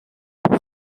pour